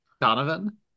Donovan